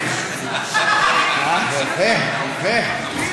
יפה, יפה.